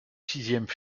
sixième